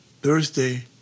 Thursday